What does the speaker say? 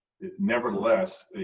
Nevertheless